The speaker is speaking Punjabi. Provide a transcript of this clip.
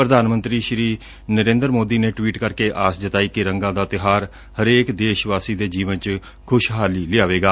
ਪ੍ਰਧਾਨ ਮੰਤਰੀ ਸ੍ਰੀ ਮੋਦੀ ਨੇ ਟਵੀਟ ਕਰਕੇ ਆਸ ਜਤਾਈ ਕਿ ਰੰਗਾਂ ਦਾ ਤਿਉਹਾਰ ਹਰੇਕ ਦੇਸ਼ ਵਾਸੀ ਦੇ ਜੀਵਨ ਚ ਖੁਸ਼ਹਾਲੀ ਲਿਆਵੇਗਾ